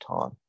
time